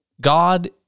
God